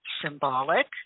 symbolic